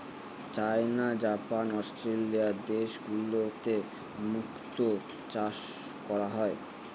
চাইনা, Japan, Australia দেশগুলোতে মুক্তো চাষ করা হয়